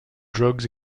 drugs